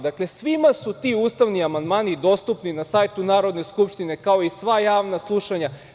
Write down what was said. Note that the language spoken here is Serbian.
Dakle, svima su ti ustavni amandmani dostupni na sajtu Narodne skupštine, kao i sva javna slušanja.